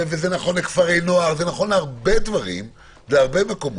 וזה נכון לכפרי נוער ולהרבה דברים ומקומות,